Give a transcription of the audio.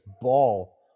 ball